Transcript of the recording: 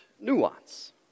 nuance